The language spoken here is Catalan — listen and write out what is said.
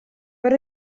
per